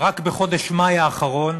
רק בחודש מאי האחרון